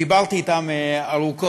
דיברתי אתם ארוכות,